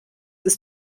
ist